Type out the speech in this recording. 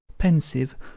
pensive